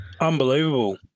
Unbelievable